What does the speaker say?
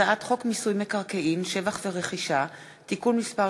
הצעת חוק מיסוי מקרקעין (שבח ורכישה) (תיקון מס'